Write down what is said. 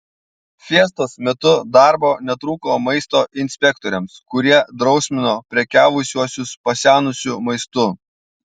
fiestos metu darbo netrūko maisto inspektoriams kurie drausmino prekiavusiuosius pasenusiu maistu